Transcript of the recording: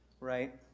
right